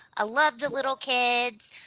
i love the little kids,